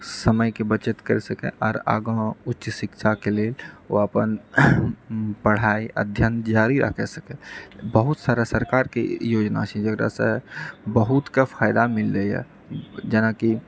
समयके बचत करि सके आर आगाँ उच्च शिक्षाके लेल ओ अपन पढ़ाइ अध्ययन जारी राखय सकै बहुत सारा सरकारके योजना छै जकरासँ बहुत कऽ फायदा मिललैए जेनाकि